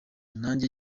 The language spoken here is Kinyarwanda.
nanjye